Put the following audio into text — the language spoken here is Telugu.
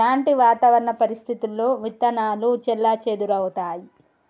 ఎలాంటి వాతావరణ పరిస్థితుల్లో విత్తనాలు చెల్లాచెదరవుతయీ?